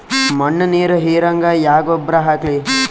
ಮಣ್ಣ ನೀರ ಹೀರಂಗ ಯಾ ಗೊಬ್ಬರ ಹಾಕ್ಲಿ?